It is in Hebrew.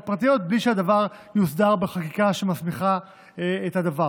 פרטיות בלי שהדבר יוסדר בחקיקה שמסמיכה את הדבר.